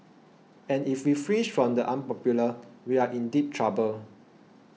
and if we flinch from the unpopular we are in deep trouble